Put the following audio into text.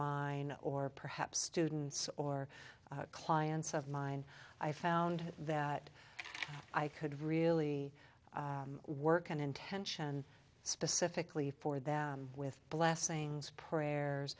mine or perhaps students or clients of mine i found that i could really work an intention specifically for them with blessings prayers